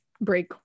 break